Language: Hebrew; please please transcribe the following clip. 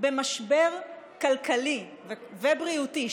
במשבר כלכלי ובריאותי,